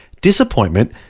disappointment